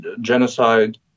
genocide